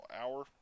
hour